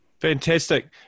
Fantastic